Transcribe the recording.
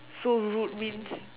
so rude means